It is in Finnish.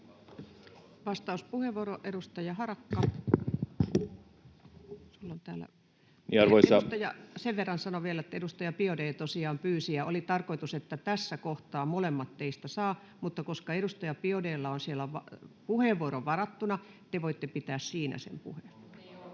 Vastauspuheenvuoro, edustaja Harakka. — Edustaja, sen verran sanon vielä, että edustaja Biaudet tosiaan pyysi vastauspuheenvuoroa ja oli tarkoitus, että tässä kohtaa molemmat teistä saavat, mutta koska edustaja Biaudet’lla on siellä puheenvuoro varattuna, te voitte pitää siinä sen puheen.